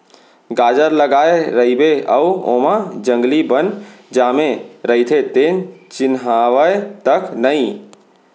गाजर लगाए रइबे अउ ओमा जंगली बन जामे रइथे तेन चिन्हावय तक नई